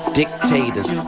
dictators